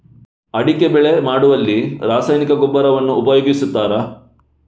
ಅಡಿಕೆ ಬೆಳೆ ಮಾಡುವಲ್ಲಿ ರಾಸಾಯನಿಕ ಗೊಬ್ಬರವನ್ನು ಉಪಯೋಗಿಸ್ತಾರ?